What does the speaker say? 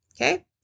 Okay